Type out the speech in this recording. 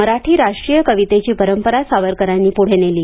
मराठी राष्ट्रीय कवितेची परंपरा सावरकरांनी पुढे नेली